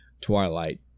Twilight